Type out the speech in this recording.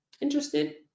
Interested